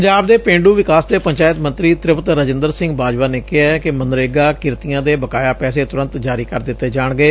ਪੰਜਾਬ ਦੇ ਪੇਂਡੁ ਵਿਕਾਸ ਤੇ ਪੰਚਾਇਤ ਮੰਤਰੀ ਸ੍ਰੀ ਤ੍ਪਿਤ ਰਜੰਦਰ ਸਿੰਘ ਬਾਜਵਾ ਨੇ ਕਿਹਾ ਕਿ ਮਨਰੇਗਾ ਕਿਰਤੀਆਂ ਦੇ ਬਕਾਇਆ ਪੈਸੇ ਤੁਰੰਤ ਜਾਰੀ ਕਰ ਦਿੱਤੇ ਜਾਣਗੇ